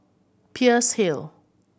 Peirce Hill